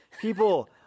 people